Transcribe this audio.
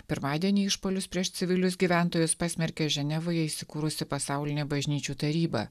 pirmadienį išpuolius prieš civilius gyventojus pasmerkė ženevoje įsikūrusi pasaulinė bažnyčių taryba